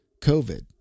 COVID